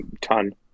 ton